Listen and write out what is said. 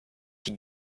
die